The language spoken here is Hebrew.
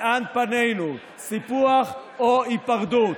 לאן פנינו, סיפוח או היפרדות.